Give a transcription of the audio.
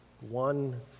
one